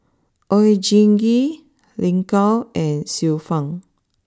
Oon Jin Gee Lin Gao and Xiu Fang